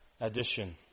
addition